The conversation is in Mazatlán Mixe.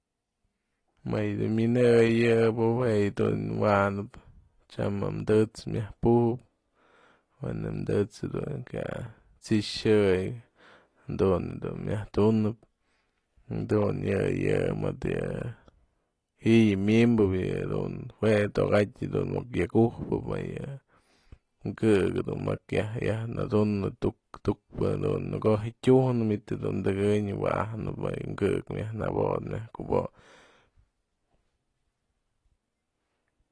Më yë dun myëneyë yëbë jue yë dun wa'anap tyam jem të'ëts myaj pujëp, wen yë të'ëts kya t'sixëy jadun dun myajtunëp jadun yë, yë mëdë yë ji'i yë myënbë yëdun jue to'okatë dun muk yak ujpët më yë mkë'ëk du mak yaj jak yaj nadunëp tukpë në ko'o je tyujnë mënit dun tëkënyëp wa'ajnëp mayë mkë'ëk myaj nëbot myaj kubotëp.